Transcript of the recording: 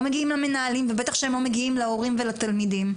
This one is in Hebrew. לא מגיעים למנהלים ובטח שהם לא מגיעים להורים ולתלמידים.